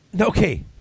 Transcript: Okay